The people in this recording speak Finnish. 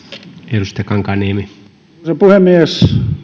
arvoisa puhemies